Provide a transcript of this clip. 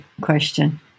question